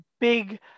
big